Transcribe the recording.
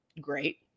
Great